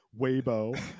Weibo